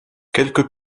quelques